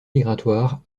migratoire